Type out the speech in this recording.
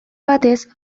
batez